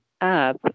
app